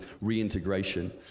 reintegration